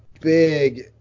big